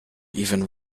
even